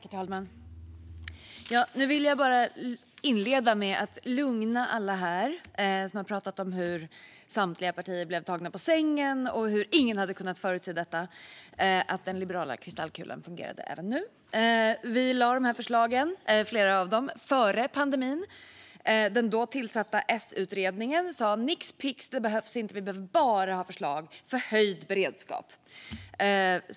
Herr talman! Nu vill jag bara inleda med att lugna alla som har pratat om hur samtliga partier blev tagna på sängen och hur ingen hade kunnat förutse detta och säga att den liberala kristallkulan fungerade även nu. Vi lade nämligen fram flera av de här förslagen före pandemin. Den då tillsatta S-utredningen sa: Nix pix, det behövs inte; vi behöver bara ha förslag för höjd beredskap.